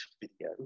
video